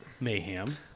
mayhem